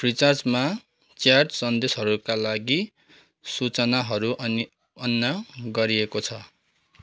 फ्रिचार्जमा chat सन्देशहरूका लागि सूचनाहरू अन गरिएको छ